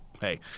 hey